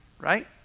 Right